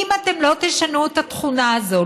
אם אתם לא תשנו את התכונה הזאת,